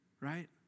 right